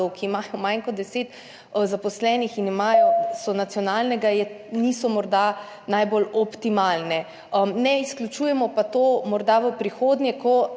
ki imajo manj kot deset zaposlenih in so nacionalnega [pomena], niso morda najbolj optimalni. Ne izključujemo pa to morda v prihodnje,